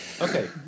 Okay